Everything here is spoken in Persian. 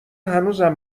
هنوزم